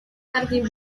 jardín